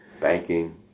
banking